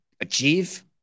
achieve